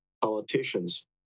politicians